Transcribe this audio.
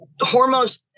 Hormones